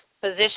position